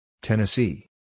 Tennessee